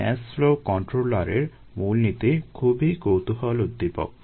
মাস flow কন্ট্রোলারের মূলনীতি খুব কৌতুহলোদ্দীপক